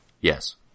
Yes